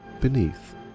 Beneath